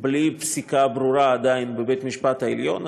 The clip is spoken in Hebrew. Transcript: עדיין בלי פסיקה ברורה, בבית-המשפט העליון.